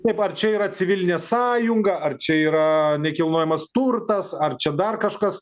taip ar čia yra civilinė sąjunga ar čia yra nekilnojamas turtas ar čia dar kažkas